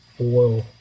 oil